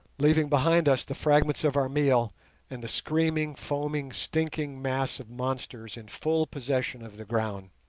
leaving behind us the fragments of our meal and the screaming, foaming, stinking mass of monsters in full possession of the ground.